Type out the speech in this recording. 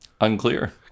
unclear